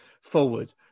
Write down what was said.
forward